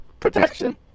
protection